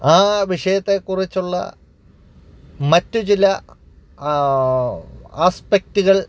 ആ വിഷയത്തെക്കുറിച്ചുള്ള മറ്റു ചില ആസ്പറ്റുകൾ